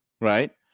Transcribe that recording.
right